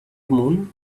moon